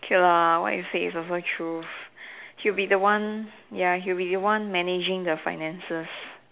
okay lah what you said is also true he'll be the one ya he'll be the one managing the finances